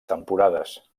temporades